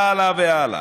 והלאה והלאה.